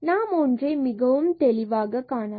நாம் ஒன்றை மிகவும் தெளிவாக காணலாம்